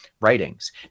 writings